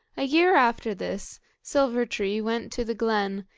a year after this silver-tree went to the glen,